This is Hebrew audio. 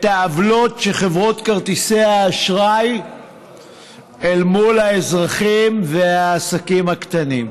העוולות של חברות כרטיסי האשראי אל מול האזרחים והעסקים הקטנים.